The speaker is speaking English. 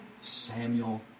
Samuel